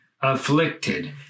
afflicted